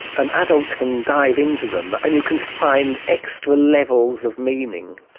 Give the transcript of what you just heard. and adults can dive into them and you can find extra levels of meaning.